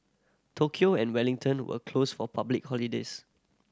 Tokyo and Wellington were closed for public holidays